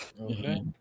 Okay